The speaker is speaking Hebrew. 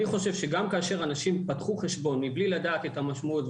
אני חושב שגם כאשר אנשים פתחו חשבון מבלי לדעת את המשמעות,